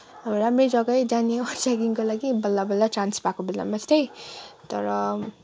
राम्रो जग्गै जाने हो ट्रेकिङको लागि बल्लबल्लै चान्स पाएको बेलामा यस्तै तर